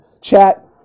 Chat